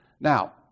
Now